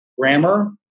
grammar